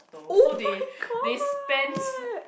oh-my-god